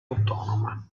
autonoma